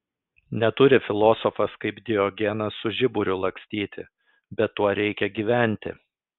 neturi filosofas kaip diogenas su žiburiu lakstyti bet tuo reikia gyventi